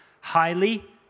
highly